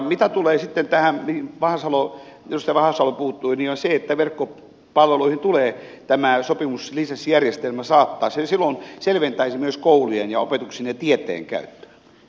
mitä tulee tähän mihin edustaja vahasalo puuttui niin se että verkkopalveluihin tulee tämä sopimuslisenssijärjestelmä silloin selventäisi myös koulujen ja opetuksen ja tieteen käyttöä